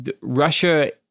Russia